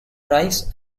rice